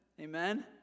Amen